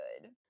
good